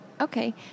Okay